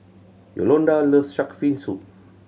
Yolonda loves Shark's Fin Soup